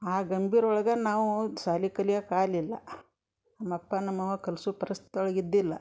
ಆ ಗಂಭೀರ ಒಳಗೆ ನಾವು ಸಾಲಿ ಕಲಿಯಾಕೆ ಆಲಿಲ್ಲ ನಮ್ಮ ಅಪ್ಪ ನಮ್ಮ ಅವ್ವ ಕಲ್ಸು ಪರಿಸ್ಥಿತಿ ಒಳ್ಗ ಇದ್ದಿಲ್ಲ